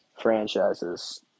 franchises